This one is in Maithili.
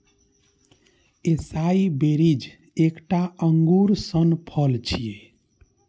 एसाई बेरीज एकटा अंगूर सन फल छियै